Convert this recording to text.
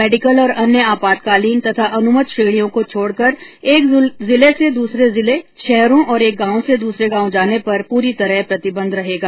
medical और अन्य आपातकालीन तथा अनुमत श्रेणियों को छोडकर एक जिले से दसरे जिले शहरों और एक गांव से दसरे गांव जाने पर पूरी तरह प्रतिबंध रहेगा